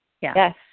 Yes